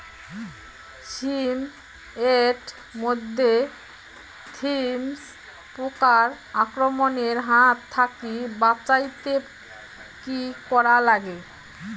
শিম এট মধ্যে থ্রিপ্স পোকার আক্রমণের হাত থাকি বাঁচাইতে কি করা লাগে?